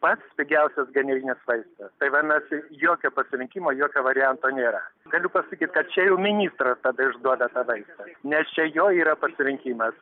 pats pigiausias generinis vaistas tai vadinasi jokio pasirinkimo jokio varianto nėra galiu pasakyti kad čia jau ministras tada ir duoda tą vaistą nes čia jo yra pasirinkimas